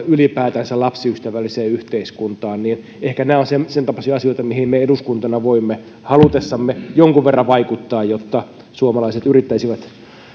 ylipäätänsä lapsiystävälliseen yhteiskuntaan ehkä nämä ovat sentapaisia asioita mihin me eduskuntana voimme halutessamme jonkun verran vaikuttaa jotta suomalaiset yrittäisivät